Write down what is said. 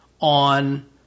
on